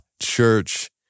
church